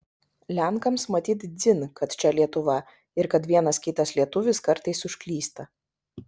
lenkams matyt dzin kad čia lietuva ir kad vienas kitas lietuvis kartais užklysta